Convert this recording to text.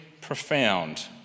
profound